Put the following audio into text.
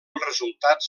resultat